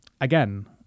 again